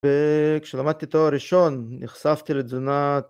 ‫וכשלמדתי תואר ראשון, ‫נחשפתי לתזונה...